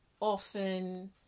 often